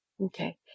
Okay